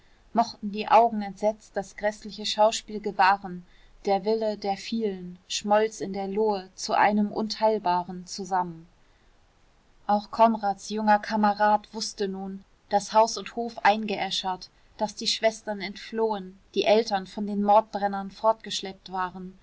mochten die augen entsetzt das gräßliche schauspiel gewahren der wille der vielen schmolz in der lohe zu einem unteilbaren zusammen auch konrads junger kamerad wußte nun daß haus und hof eingeäschert daß die schwestern entflohen die eltern von den mordbrennern fortgeschleppt waren